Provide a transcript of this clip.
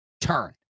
turn